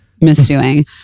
misdoing